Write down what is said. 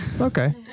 Okay